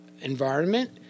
environment